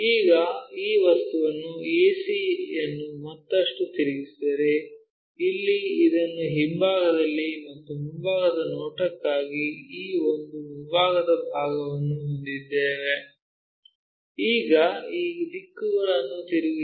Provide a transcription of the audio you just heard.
ಈಗ ಈ ವಸ್ತುವನ್ನು ac ಯನ್ನು ಮತ್ತಷ್ಟು ತಿರುಗಿಸಿದರೆ ಇಲ್ಲಿ ಇದನ್ನು ಹಿಂಭಾಗದಲ್ಲಿ ಮತ್ತು ಮುಂಭಾಗದ ನೋಟಕ್ಕಾಗಿ ಈ ಒಂದು ಮುಂಭಾಗದ ಭಾಗವನ್ನು ಹೊಂದಿದ್ದೇವೆ ಈಗ ಈ ದಿಕ್ಕುಗಳನ್ನು ತಿರುಗಿಸಿ